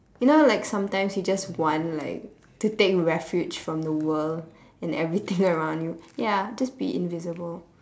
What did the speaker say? you know like sometimes you just want like to take refuge from the world and everything around you ya just be invisible